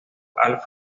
alfred